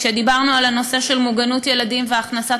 כשדיברנו על הנושא של מוגנות ילדים והכנסת